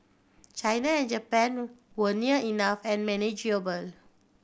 China and Japan were near enough and manageable